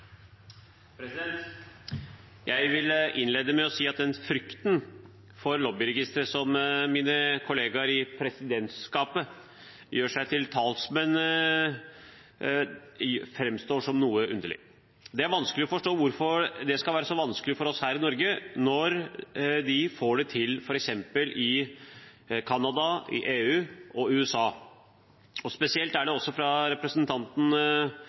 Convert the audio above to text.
Jeg vil innlede med å si at den frykten for lobbyregistre som mine kollegaer i presidentskapet gjør seg til talsmenn for, framstår som noe underlig. Det er vanskelig å forstå hvorfor det skal være så vanskelig for oss her i Norge, når de får det til f.eks. i Canada, i EU og i USA. Det er også spesielt å høre representanten som hadde ordet nå, som også